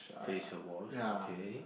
facial wash okay